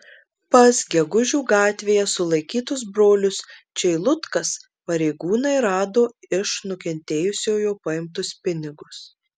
pas gegužių gatvėje sulaikytus brolius čeilutkas pareigūnai rado iš nukentėjusiojo paimtus pinigus